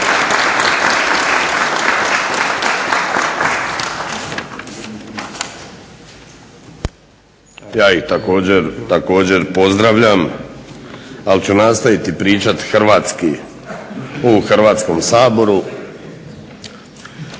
Ja ih također pozdravljam, ali ću nastaviti pričati hrvatski u Hrvatskom saboru.